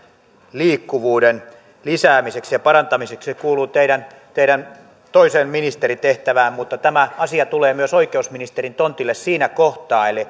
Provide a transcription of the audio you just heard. liikkuvuuden lisäämiseksi ja parantamiseksi se kuuluu teidän teidän toiseen ministeritehtäväänne mutta tämä asia tulee myös oikeusministerin tontille siinä kohtaa eli